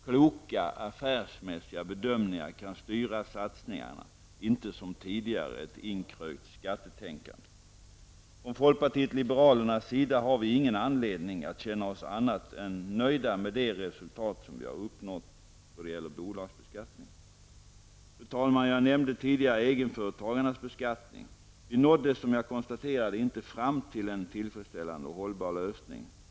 Kloka och affärsmässiga bedömningar kan styra satsningarna, inte som tidigare ett inkrökt skattetänkande. Från folkpartiet liberalernas sida har vi ingen anledning att känna oss annat än nöjda med det resultat som vi har uppnått när det gäller bolagsbeskattningen. Fru talman! Jag nämnde tidigare egenföretagarnas beskattning. Vi nådde som jag konstaterade inte fram till en tillfredsställande och hållbar lösning.